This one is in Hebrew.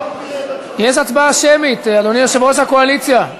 יש הצבעה שמית, אדוני יושב-ראש הקואליציה.